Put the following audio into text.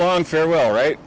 long farewell right